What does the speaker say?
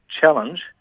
challenge